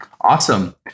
Awesome